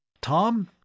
Tom